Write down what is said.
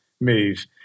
move